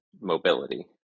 mobility